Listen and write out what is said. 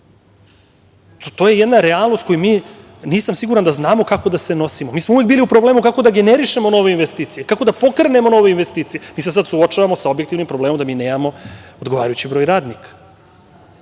To je jedna realnost koju mi, nisam siguran da znamo kako da se nosimo. Mi smo uvek bili kako da generišemo nove investicije, kako da pokrenemo nove investicije. Mi se sada suočavamo sa objektivnim problemom, mi nemamo odgovarajući broj radnika,